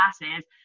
classes